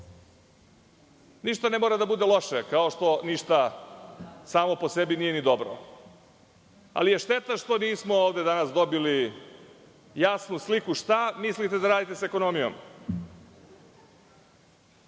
ništa ne mora da bude loše, kao što ništa samo po sebi nije ni dobro, ali je šteta što nismo ovde danas dobili jasnu sliku šta mislite da radite sa ekonomijom.